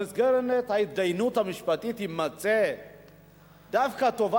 במסגרת ההתדיינות המשפטית יימצא שטובת